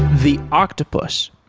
the octopus,